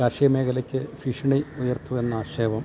കാർഷിക മേഖലക്ക് ഭീക്ഷണി ഉയർത്തുവെന്നാക്ഷേപം